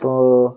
ഇപ്പോൾ